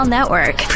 Network